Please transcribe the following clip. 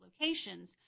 locations